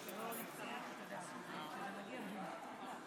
הווי ובידור.